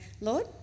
Lord